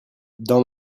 dans